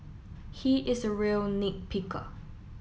he is a real nit picker